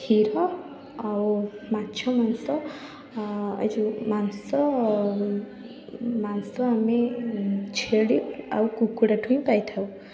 କ୍ଷୀର ଆଉ ମାଛ ମାଂସ ଏ ଯେଉଁ ମାଂସ ମାଂସ ଆମେ ଛେଳି ଆଉ କୁକୁଡ଼ାଠାରୁ ହିଁ ପାଇଥାଉ